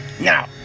Now